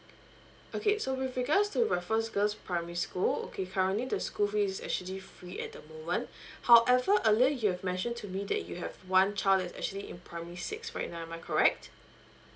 okay so with regards to raffles girls primary school okay currently the school fees is actually free at the moment however earlier you have mentioned to me that you have one child is actually in primary six right now am I correct